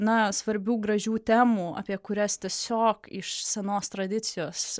na svarbių gražių temų apie kurias tiesiog iš senos tradicijos